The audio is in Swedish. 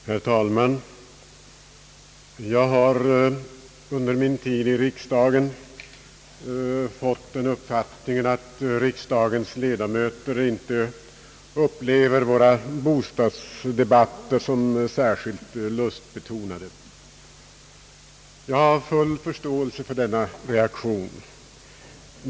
Herr talman! Jag har under min tid i riksdagen fått den uppfattningen att riksdagens ledamöter inte upplever våra bostadsdebatter som särskilt JlJustbetonade. Jag har full förståelse för denna reaktion.